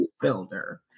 builder